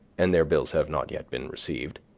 and their bills have not yet been received